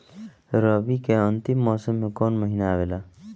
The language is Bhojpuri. रवी के अंतिम मौसम में कौन महीना आवेला?